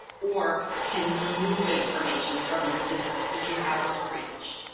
or can remove information from your system. could you have a breach?